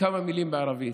כמה מילים בערבית: